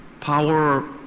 power